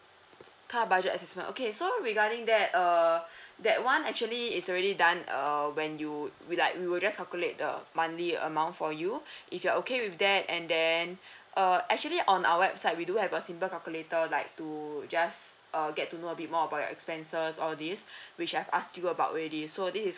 car budget assessment okay so regarding that uh that one actually is already done uh when you we like we will just calculate the monthly amount for you if you're okay with that and then uh actually on our website we do have a simple calculator like to just uh to get to know a bit more about your expenses all these which I've asked you about already so this is